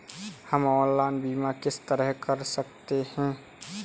हम ऑनलाइन बीमा किस तरह कर सकते हैं?